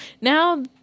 Now